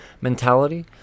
Mentality